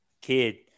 kid